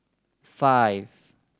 five